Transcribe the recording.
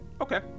Okay